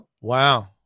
Wow